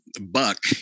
buck